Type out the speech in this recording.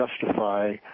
justify